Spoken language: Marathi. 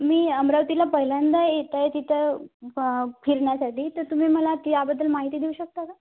मी अमरावतीला पहिल्यांदा येत आहे तिथं फिरण्यासाठी तर तुम्ही मला त्याबद्दल माहिती देऊ शकता का